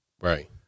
Right